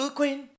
queen